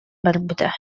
барбыта